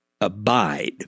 abide